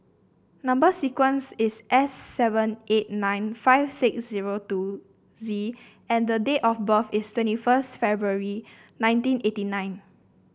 number sequence is S seven eight nine five six zero two Z and date of birth is twenty first February nineteen eighty nine